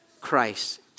Christ